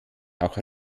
auch